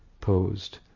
posed